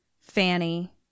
Fanny